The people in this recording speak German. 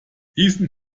diesen